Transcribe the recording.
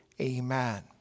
Amen